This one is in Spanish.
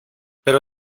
pero